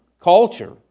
culture